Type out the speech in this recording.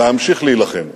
"להמשיך להילחם.